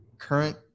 current